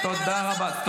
תודה רבה.